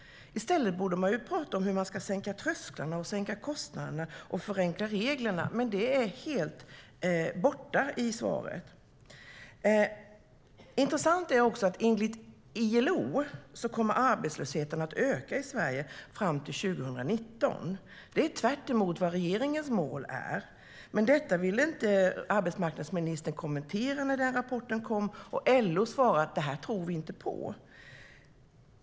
I stället borde man tala om hur man ska sänka trösklarna, sänka kostnaderna och förenkla reglerna. Men det finns inte med i svaret. Det är också intressant att arbetslösheten enligt ILO kommer att öka i Sverige fram till 2019. Det är tvärtemot regeringens mål. Men detta ville arbetsmarknadsministern inte kommentera när rapporten kom, och LO svarar att de inte tror på det.